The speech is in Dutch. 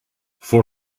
voor